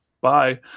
Bye